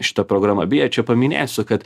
šita programa beje čia paminėsiu kad